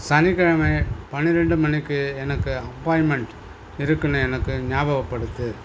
சனிக்கிழமை பன்னிரண்டு மணிக்கு எனக்கு அப்பாயின்மெண்ட் இருக்குன்னு எனக்கு ஞாபகப்படுத்து